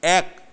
এক